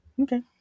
okay